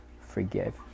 forgive